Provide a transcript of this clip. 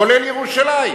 כולל ירושלים.